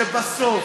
שבסוף,